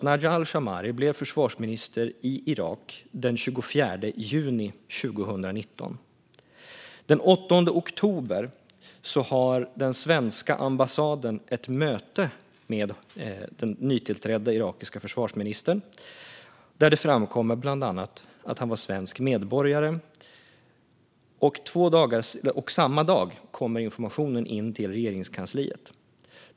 Najah al-Shammari blev försvarsminister i Irak den 24 juni 2019. Den 8 oktober har den svenska ambassaden ett möte med den nytillträdde irakiske försvarsministern där det framkommer bland annat att han är svensk medborgare. Samma dag kommer informationen in till Regeringskansliet.